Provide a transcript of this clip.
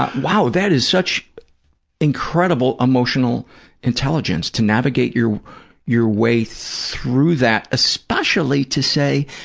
ah wow, that is such incredible emotional intelligence, to navigate your your way through that, especially to say,